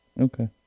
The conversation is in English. Okay